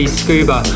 scuba